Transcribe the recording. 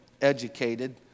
educated